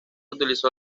utilizó